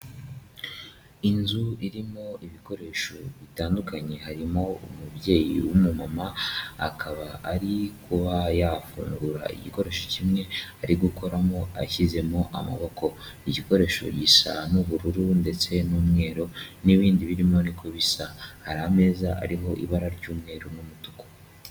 Inzu irimo ibikoresho bitandukanye harimo umubyeyi w'umumama akaba ari kuba yafungura igikoresho kimwe arikoramo ashyizemo amaboko igikoresho gisa n'ubururu ndetse n'umweru n'ibindi birimo niko bisa hari ameza ariho ibara ry'umweru n'umutuku.